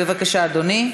בבקשה, אדוני.